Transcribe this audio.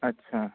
ਅੱਛਾ